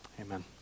Amen